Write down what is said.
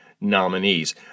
nominees